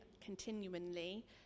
continually